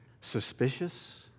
suspicious